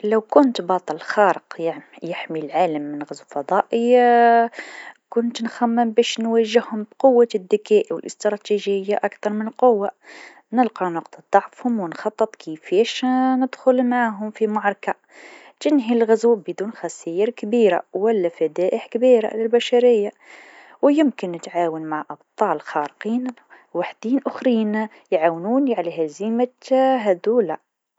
لو كنت بطل خارق يع- يحمي العالم من غزو فضائي كنت نخمم باش نوجههم بقوة الذكاء و الإستراتجية أكثر من القوه، نلقى نقطة ضعفهم ونخطط كيفاش ندخل معاهم في معركه تنهي الغزو بدون خساير كبيره ولا فدائح كبيره للبشريه ويمكن نتعاون مع أبطال خارقين منه- واحدين أخرينا يعاونوني على هزيمة هادولا.